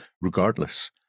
regardless